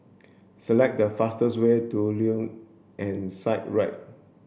select the fastest way to Luge and Skyride